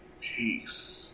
Peace